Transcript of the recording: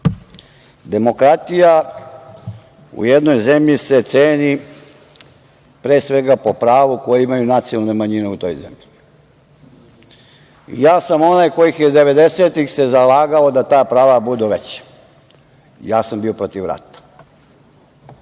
Demokratija u jednoj zemlji se ceni pre svega po pravu koje imaju nacionalne manjine u toj zemlji. Ja sam onaj koji se 90-ih zalagao da ta prava budu veća. Bio sam protiv rata.